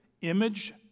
image